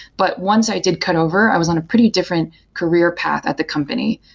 but once i did cut over, i was on a pretty different career path at the company,